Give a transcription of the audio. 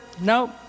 Nope